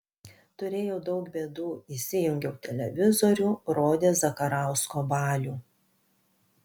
turėjau daug bėdų įsijungiau televizorių rodė zakarausko balių